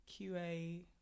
QA